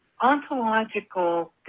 ontological